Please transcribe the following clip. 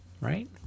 right